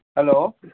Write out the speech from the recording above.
hello